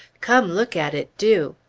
come look at it, do!